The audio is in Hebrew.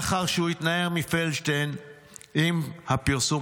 לאחר שהוא התנער מפלדשטיין עם הפרסום